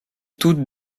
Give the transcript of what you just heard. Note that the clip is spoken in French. toutes